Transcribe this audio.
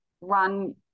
run